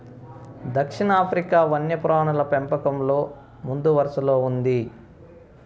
దక్షిణాఫ్రికా వన్యప్రాణుల పెంపకంలో ముందువరసలో ఉంది